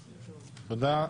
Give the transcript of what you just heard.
תודה.